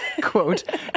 quote